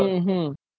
mmhmm